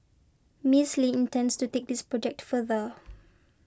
Miss Lin intends to take this project further